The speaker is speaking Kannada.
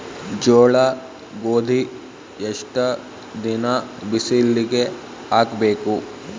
ಜೋಳ ಗೋಧಿ ಎಷ್ಟ ದಿನ ಬಿಸಿಲಿಗೆ ಹಾಕ್ಬೇಕು?